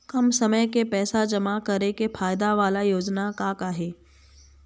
कम समय के पैसे जमा करे के फायदा वाला योजना का का हे?